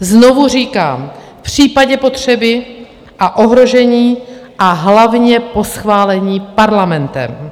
Znovu říkám, v případě potřeby a ohrožení a hlavně po schválení Parlamentem.